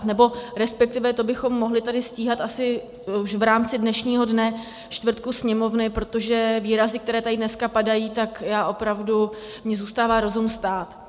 Nebo resp. to bychom tady mohli stíhat asi už v rámci dnešního dne čtvrtku Sněmovny, protože výrazy, které tady dneska padají, tak já opravdu, mně zůstává rozum stát.